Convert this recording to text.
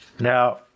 Now